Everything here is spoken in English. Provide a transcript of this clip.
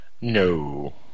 No